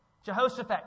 Jehoshaphat